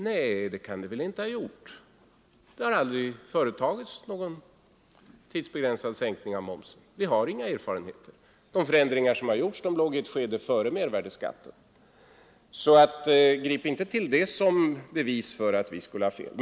Nej, det kan det väl inte ha gjort; det har aldrig företagits någon tidsbegränsad sänkning av momsen, så vi har inga erfarenheter. De förändringar som har vidtagits har legat i ett skede före mervärdeskattens införande, så grip inte till det argumentet som bevis för att vi skulle ha fel!